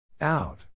Out